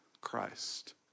Christ